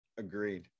Agreed